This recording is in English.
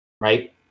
right